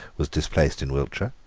was displaced in wiltshire,